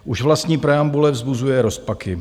Už vlastní preambule vzbuzuje rozpaky.